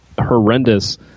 horrendous